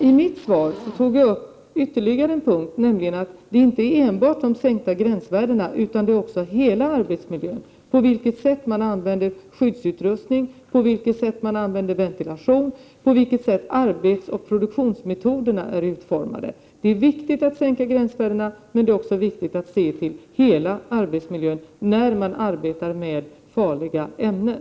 I mitt svar tog jag upp ytterligare en punkt, nämligen att det inte enbart är en fråga om att sänka gränsvärdena, utan att det handlar om hela arbetsmiljön — på vilket sätt man använder skyddsutrustning, på vilket sätt man använder ventilation och på vilket sätt arbetsoch produktionsmetoderna är utformade. Det är viktigt att sänka gränsvärdena, men det är också viktigt att se till hela arbetsmiljön när man arbetar med farliga ämnen.